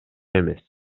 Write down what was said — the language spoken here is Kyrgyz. эмес